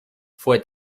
fue